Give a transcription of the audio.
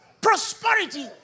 Prosperity